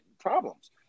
problems